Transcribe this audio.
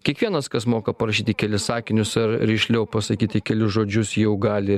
kiekvienas kas moka parašyti kelis sakinius ar rišliai pasakyti kelius žodžius jau gali